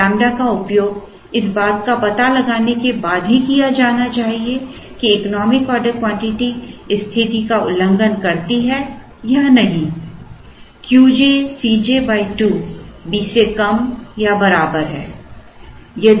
इस लैम्ब्डा का उपयोग इस बात का पता लगाने के बाद ही किया जाना चाहिए कि इकोनॉमिक ऑर्डर क्वांटिटी इस स्थिति का उल्लंघन करती है या नहीं Qj Cj 2 B से कम या बराबर है